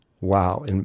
wow